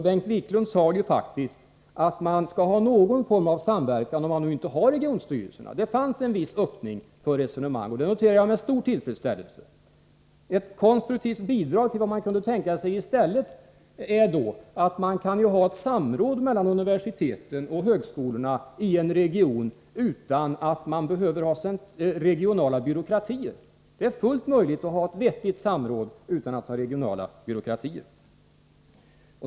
Bengt Wiklund sade ju faktiskt att man skall ha någon form av samverkan om man nu inte har regionstyrelserna. Det fanns en viss öppning för resonemang, och det noterar jag med stor tillfredsställelse. Jag vill då lämna ett konstruktivt bidrag till diskussionen om vad man kunde tänka sig i stället: Man kan ju ha samråd mellan universiteten och högskolorna i en region utan att man behöver ha regionala byråkratier. Det är fullt möjligt att ha ett vettigt samråd utan att ha regionala byråkratier.